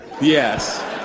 Yes